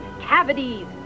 cavities